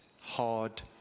hard